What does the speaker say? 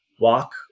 walk